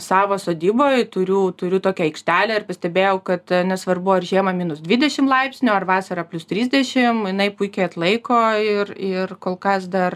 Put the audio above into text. savo sodyboj turiu turiu tokią aikštelę ir pastebėjau kad nesvarbu ar žiemą minus dvidešim laipsnių ar vasarą plius trisdešim jinai puikiai atlaiko ir ir kol kas dar